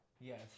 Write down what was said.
Yes